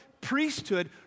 priesthood